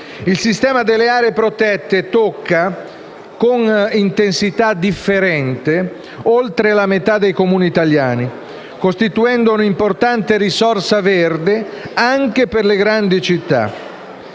Il sistema delle aree protette tocca, con intensità differenti, oltre la metà dei Comuni italiani, costituendo un’importante risorsa verde anche per le grandi città.